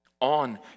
on